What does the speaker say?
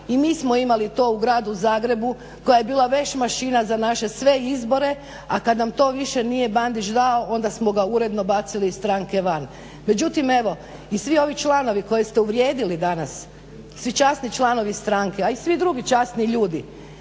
i mi smo imali to u gradu Zagrebu koja je bila vešmašina za sve naše izbore, a kad nam to više nije Bandić dao onda smo ga uredno bacili iz stranke van. Međutim evo i svi ovi članovi koje ste uvrijedili danas su časni članovi stranke a i svi drugi časni ljudi,